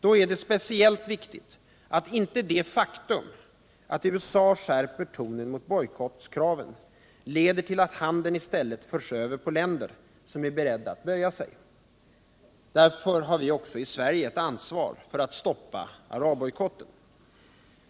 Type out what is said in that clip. Då är det speciellt viktigt att inte det faktum att USA skärper tonen mot bojkottkraven leder till att handeln i stället förs över på länder som är beredda att böja sig. Därför har vi också i Sverige ett ansvar för att stoppa arabbojkotten.